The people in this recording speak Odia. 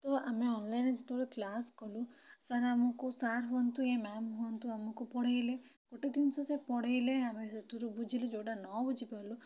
ତ ଆମେ ଅନଲାଇନ୍ ରେ ସେତେବେଳେ କ୍ଲାସ୍ କଲୁ ସାର୍ ଆମକୁ ସାର୍ ହୁଅନ୍ତୁ ଏ ମ୍ୟାମ୍ ହୁଅନ୍ତୁ ଆମକୁ ପଢ଼େଇଲେ ଗୋଟେ ଜିନିଷ ସିଏ ପଢ଼େଇଲେ ଆମେ ସେଥିରୁ ବୁଝିଲୁ ଯୋଉଟା ନ ବୁଝିପାରିଲୁ